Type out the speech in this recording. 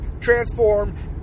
Transform